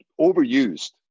overused